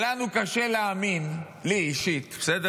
שלנו קשה להאמין, לי אישית, בסדר?